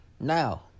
Now